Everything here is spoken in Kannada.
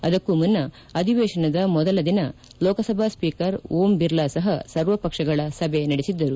ಅದಕ್ಕೂ ಮುನ್ನ ಅಧಿವೇಶನದ ಮೊದಲ ದಿನ ಲೋಕಸಭಾ ಸ್ಪೀಕರ್ ಓಂಬಿರ್ಲಾ ಸಹ ಸರ್ವಪಕ್ವಗಳ ಸಭೆ ನಡೆಸಿದ್ದರು